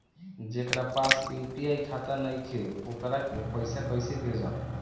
जेकरा पास यू.पी.आई खाता नाईखे वोकरा के पईसा कईसे भेजब?